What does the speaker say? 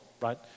right